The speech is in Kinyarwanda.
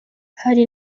hari